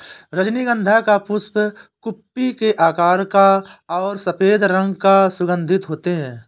रजनीगंधा का पुष्प कुप्पी के आकार का और सफेद रंग का सुगन्धित होते हैं